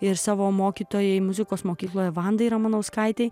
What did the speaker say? ir savo mokytojai muzikos mokykloje vandai ramanauskaitei